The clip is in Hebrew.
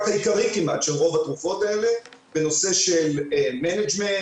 העיקרי כמעט של רוב התרופות האלה בנושא של ניהול,